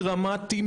דרמטי,